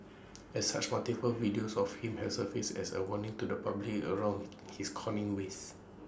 as such multiple videos of him have surfaced as A warning to the public around his conning ways